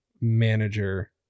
manager